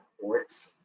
ports